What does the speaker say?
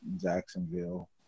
Jacksonville